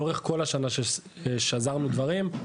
לאורך כל השנה שזרנו דברים,